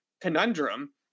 conundrum